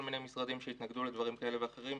מיני משרדים שהתנגדו לדברים כאלה ואחרים,